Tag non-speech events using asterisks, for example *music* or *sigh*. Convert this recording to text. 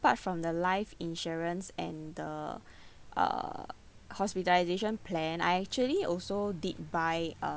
apart from the life insurance and the *breath* uh hospitalisation plan I actually also did buy